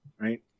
Right